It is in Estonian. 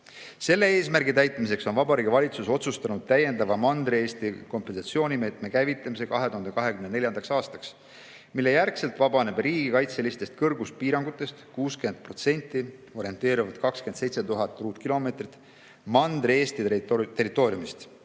Selle eesmärgi täitmiseks on Vabariigi Valitsus otsustanud täiendava Mandri-Eesti kompensatsioonimeetme käivitamise 2024. aastaks, mille järel vabaneb riigikaitselistest kõrguspiirangutest 60%, orienteerivalt 27 000 ruutkilomeetrit Mandri-Eesti territooriumist,